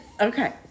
Okay